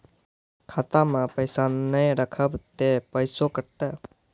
खाता मे पैसा ने रखब ते पैसों कटते?